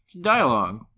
dialogue